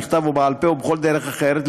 בכתב או בעל-פה או בכל דרך אחרת,